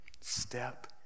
Step